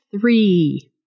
three